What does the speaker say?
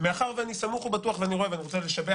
מאחר ואני סמוך ובטוח ואני רוצה לשבח,